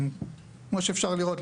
כמו שאפשר לראות,